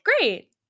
Great